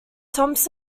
falls